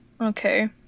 Okay